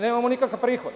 Nemamo nikakav prihod.